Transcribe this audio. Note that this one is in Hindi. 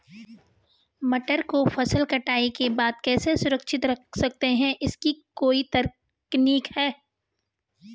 मटर को फसल कटाई के बाद कैसे सुरक्षित रख सकते हैं इसकी कोई तकनीक है?